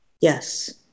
Yes